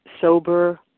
sober